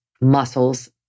muscles